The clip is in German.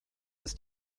ist